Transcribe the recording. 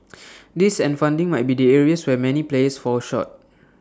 this and funding might be the areas where many players fall short